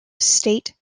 state